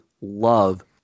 love